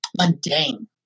mundane